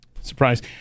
surprise